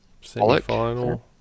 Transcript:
semi-final